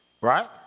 right